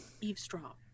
eavesdrop